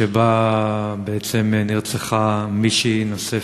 שבה בעצם נרצחה מישהי נוספת,